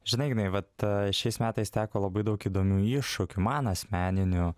žinai ignai vat šiais metais teko labai daug įdomių iššūkių man asmeninių